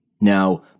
Now